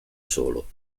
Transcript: solo